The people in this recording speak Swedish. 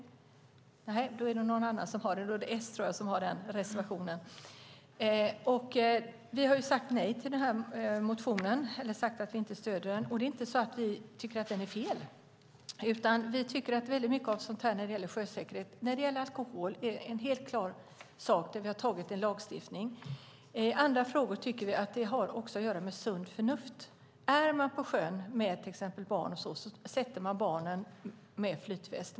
Nej, då är det någon annan som har det. Då är det S som har den reservationen, tror jag. Vi har sagt att vi inte stöder den motionen, men det är inte så att vi tycker att det är fel. När det gäller alkohol är det en klar sak där vi har antagit en lagstiftning, men andra frågor tycker vi också har med sunt förnuft att göra. Är man på sjön med till exempel barn så sätter man på barnen flytväst.